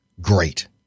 Great